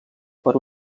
per